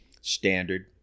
standard